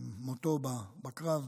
מותו בקרב,